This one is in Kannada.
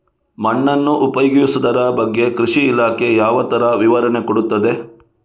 ಮಣ್ಣನ್ನು ಉಪಯೋಗಿಸುದರ ಬಗ್ಗೆ ಕೃಷಿ ಇಲಾಖೆ ಯಾವ ತರ ವಿವರಣೆ ಕೊಡುತ್ತದೆ?